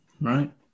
right